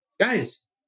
guys